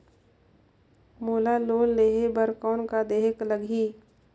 मोला लोन लेहे बर कौन का देहेक लगही?